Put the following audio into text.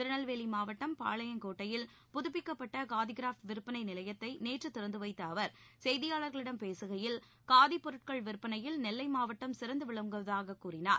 திருநெல்வேலி மாவட்டம் பாளையங்கோட்டையில் புதப்பிக்கப்பட்ட காதி கிராப்ட் விற்பனை நிலையத்தை நேற்று திறந்து வைத்த அவர் செய்தியாளர்களிடம் பேசுகையில் காதி பொருட்கள் விற்பனையில் நெல்லை மாவட்டம் சிறந்து விளங்குவதாக கூறினார்